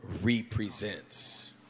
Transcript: represents